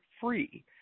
free